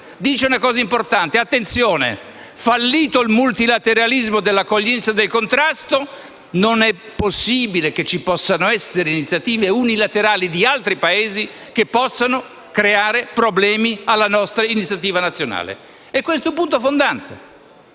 dice una cosa importante: attenzione, fallito il multilateralismo dell'accoglienza e del contrasto, non è possibile che ci possano essere iniziative unilaterali di altri Paesi che possono creare problemi alla nostra iniziativa nazionale. Questo è un punto fondante.